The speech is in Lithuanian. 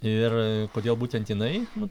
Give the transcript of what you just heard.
ir kodėl būtent jinai nu